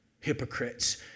hypocrites